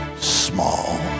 small